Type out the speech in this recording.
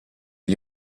gli